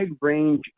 range